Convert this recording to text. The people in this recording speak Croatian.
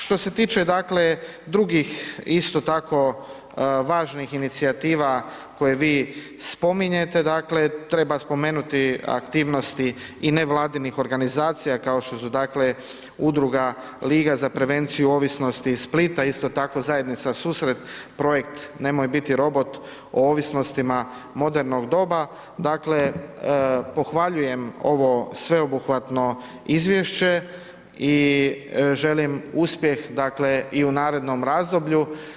Što se tiče, dakle, drugih isto tako važnih inicijativa koje vi spominjete, dakle, treba spomenuti aktivnosti i nevladinih organizacija, kao što su, dakle, udruga Liga za prevenciju ovisnosti iz Splita, isto tako zajednica Susret, projekt Nemoj biti robot o ovisnosti modernog doba, dakle, pohvaljujem ovo sveobuhvatno izvješće i želim uspjeh, dakle, i u narednom razdoblju.